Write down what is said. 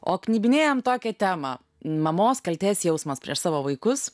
o knibinėjam tokią temą mamos kaltės jausmas prieš savo vaikus